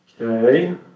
Okay